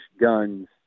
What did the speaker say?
guns